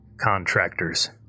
Contractors